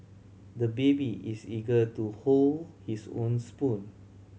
the baby is eager to hold his own spoon